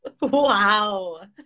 Wow